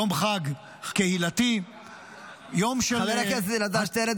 יום חג קהילתי -- חבר הכנסת אלעזר שטרן,